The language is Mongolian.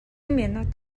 минут